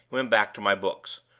went back to my books,